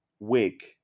wig